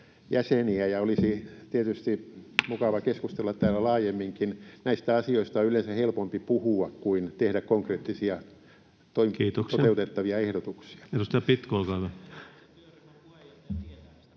koputtaa] mukava keskustella täällä laajemminkin. Näistä asioista on yleensä helpompi puhua kuin tehdä konkreettisia toteutettavia ehdotuksia. [Tuomas